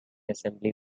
assembly